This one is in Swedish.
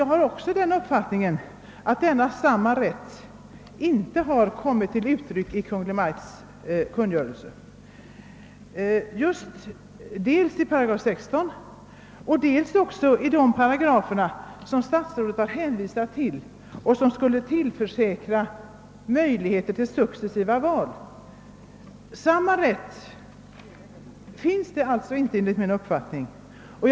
Jag har också den uppfattningen att denna rätt inte kommit till uttryck i Kungl. Maj:ts kungörelse, vare sig i 16 § eller i de paragrafer som statsrådet hänvisat till och som skulle tillförsäkra de studerande möjligheter till successiva val. Enligt min uppfattning gäller alltså inte samma rätt för alla studerande.